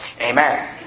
amen